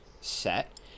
set